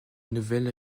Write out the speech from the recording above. nouvelle